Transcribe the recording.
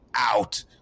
Out